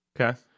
Okay